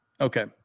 Okay